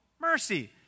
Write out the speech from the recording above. mercy